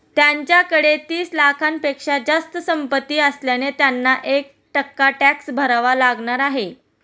त्यांच्याकडे तीस लाखांपेक्षा जास्त संपत्ती असल्याने त्यांना एक टक्का टॅक्स भरावा लागणार आहे